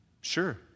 Sure